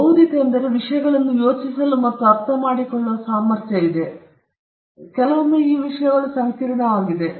ಬೌದ್ಧಿಕ ಎಂದು ನಾವು ವಿಷಯಗಳನ್ನು ಯೋಚಿಸಲು ಮತ್ತು ಅರ್ಥಮಾಡಿಕೊಳ್ಳುವ ನಮ್ಮ ಸಾಮರ್ಥ್ಯವನ್ನು ನೋಡಿ ಕೆಲವೊಮ್ಮೆ ಈ ವಿಷಯಗಳು ಸಂಕೀರ್ಣವಾಗಿದೆ